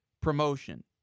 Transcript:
promotion